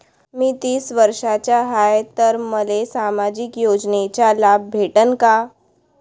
मी तीस वर्षाचा हाय तर मले सामाजिक योजनेचा लाभ भेटन का?